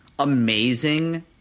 Amazing